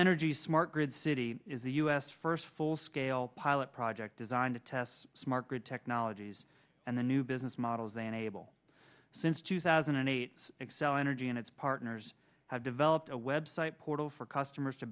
energy smart grid city is the u s first full scale pilot project designed to test smart grid technologies and the new business models and able since two thousand and eight excel energy and its partners have developed a website portal for customers to